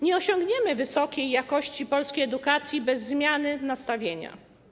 Nie osiągniemy wysokiej jakości polskiej edukacji bez zmiany nastawienia.